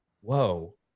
whoa